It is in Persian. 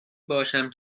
باشم